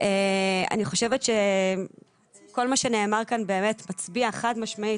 אני חושבת שכל מה שנאמר כאן באמת מצביע חד משמעית